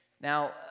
Now